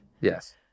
Yes